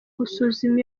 basuzuma